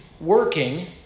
working